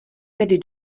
tedy